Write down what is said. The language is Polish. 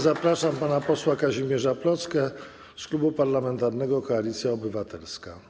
Zapraszam pana posła Kazimierza Plocke z Klubu Parlamentarnego Koalicja Obywatelska.